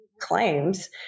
claims